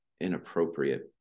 inappropriate